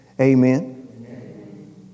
Amen